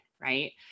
right